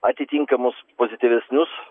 atitinkamus pozityvesnius